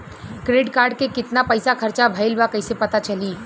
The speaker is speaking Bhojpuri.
क्रेडिट कार्ड के कितना पइसा खर्चा भईल बा कैसे पता चली?